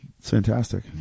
Fantastic